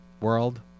world